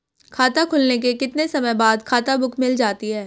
खाता खुलने के कितने समय बाद खाता बुक मिल जाती है?